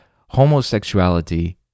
homosexuality